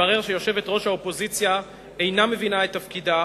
מתברר שיושבת-ראש האופוזיציה אינה מבינה את תפקידה,